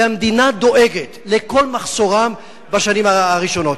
והמדינה דואגת לכל מחסורם בשנים הראשונות.